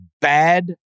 bad